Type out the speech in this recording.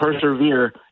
persevere